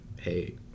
Hey